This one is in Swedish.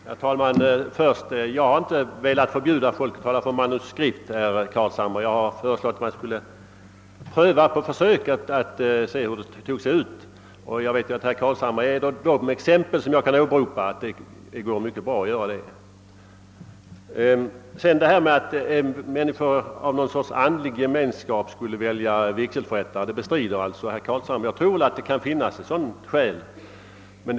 Herr talman! Jag har inte velat förbjuda folk att tala från manuskript, herr Carlshamre, jag har föreslagit att man på försök skulle pröva för att se hur det tog sig ut. Jag vet att jag kan åberopa herr Carlshamre som ett gott exempel på att det går mycket bra att göra det. Herr Carlshamre bestrider alltså att det kan finnas ett sådant skäl som att människor på grund av andlig gemenskap skulle välja vigselförrättare.